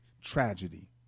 tragedy